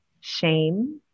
shame